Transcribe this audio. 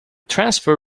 transfer